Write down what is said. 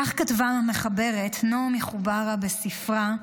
כך כתבה המחברת נעמי חובארה בספרה: